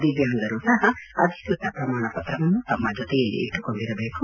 ದಿವ್ಯಾಂಗರು ಸಹ ಅಧಿಕೃತ ಪ್ರಮಾಣ ಪತ್ರವನ್ನು ತಮ್ನ ಜೊತೆಯಲ್ಲಿ ಇಟ್ಟುಕೊಂಡಿರದೇಕು